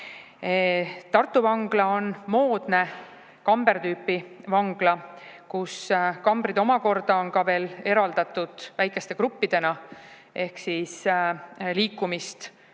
Tartu vangla on moodne kambertüüpi vangla, kus kambrid omakorda on veel eraldatud väikeste gruppidena, et liikumist ühe